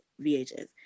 VHS